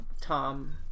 Tom